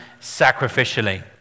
sacrificially